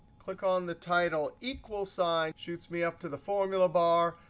click on the title. equals sign shoots me up to the formula bar.